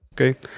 Okay